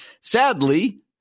sadly